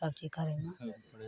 आब कि कहबै